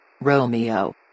Romeo